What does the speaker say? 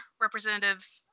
representative